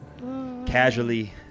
casually